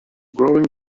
growing